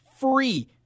free